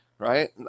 right